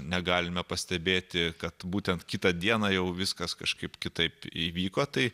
negalime pastebėti kad būtent kitą dieną jau viskas kažkaip kitaip įvyko tai